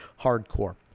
hardcore